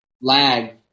Lag